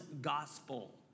gospel